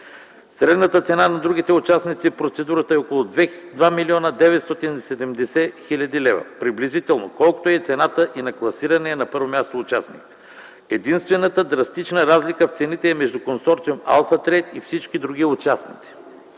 Средната цена на другите участници в процедурата е около 2 млн. 970 хил. лв., приблизително колкото е цената и на класирания на първо място участник. Единствената драстична разлика в цените е между Консорциум „Алфа Трейд” и всички други участници.